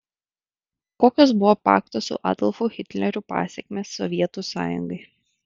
kokios buvo pakto su adolfu hitleriu pasekmės sovietų sąjungai